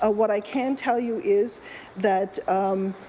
ah what i can tell you is that